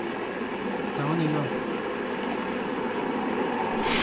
Toúnâ ninã loúã